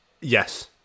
Yes